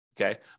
okay